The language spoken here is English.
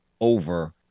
over